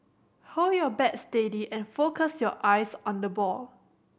hold your bat steady and focus your eyes on the ball